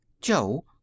Joe